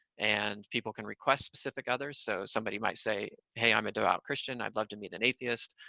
and people can request specific others so somebody might say, hey, i'm a devout christian. i'd love to meet an atheist.